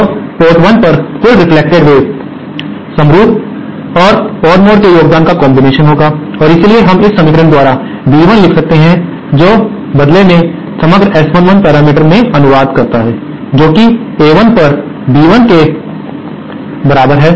तो पोर्ट 1 पर कुल रेफ्लेक्टेड वेव समरूप और ओड मोड के योगदान का कॉम्बिनेशन होगा और इसलिए हम इस समीकरण द्वारा B1 लिख सकते हैं जो बदले में समग्र S11 पैरामीटर में अनुवाद करता है जोकि A1 पर B1 के बराबर है